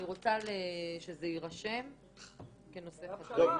אני רוצה שזה יירשם כנושא חדש.